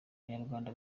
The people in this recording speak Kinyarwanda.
banyarwanda